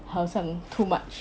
好像 too much